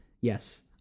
Yes